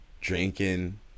drinking